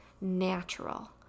natural